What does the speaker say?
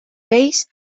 vells